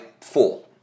four